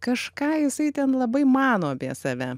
kažką jisai ten labai mano apie save